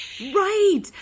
Right